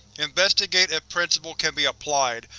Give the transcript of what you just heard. investigate if principle can be applied,